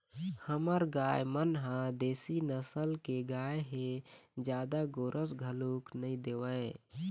हमर गाय मन ह देशी नसल के गाय हे जादा गोरस घलोक नइ देवय